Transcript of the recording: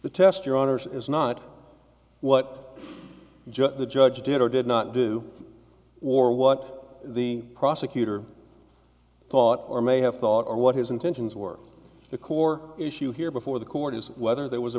the test your orders is not what judge the judge did or did not do or what the prosecutor thought or may have thought or what his intentions were the core issue here before the court is whether there was a